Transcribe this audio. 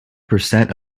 percent